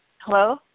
Hello